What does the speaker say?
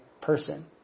person